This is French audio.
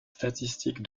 statistiques